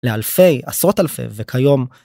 לאלפי, עשרות אלפי וכיום.